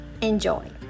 enjoy